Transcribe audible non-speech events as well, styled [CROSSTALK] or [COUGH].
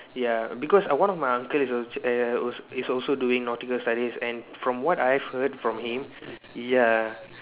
ya because one of my uncle is [NOISE] is also doing nautical studies and from what I've heard from him ya